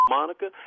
Monica